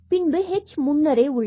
பின்பு h முன்னரே உள்ளது